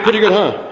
pretty good, huh?